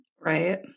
Right